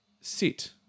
sit